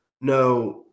no